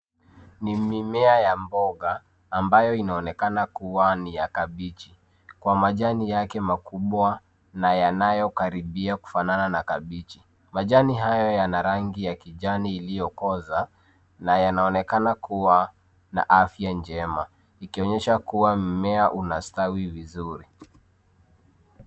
Ni mimea ya mboga ambayo inaonekana kuwa ni ya kabichi kwa majani yake makubwa na yanayokaribia kufanana na kabichi. Majani hayo yana rangi ya kijani iliyokoza na yanaonekana kuwa na afya njema, ikionyesha kuwa mmea unastawi vizuri.